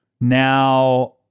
Now